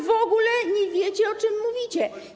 Wy w ogóle nie wiecie, o czym mówicie.